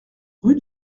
rue